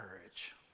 courage